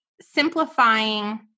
simplifying